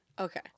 Okay